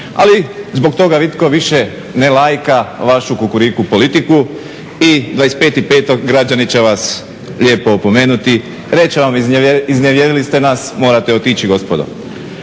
ali zbog toga nitko više ne lajka vašu kukuriku politiku i 25.5. građani će vas lijepo opomenuti. Reći će vam iznevjerili ste nas, morate otići gospodo.